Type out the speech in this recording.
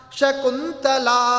Shakuntala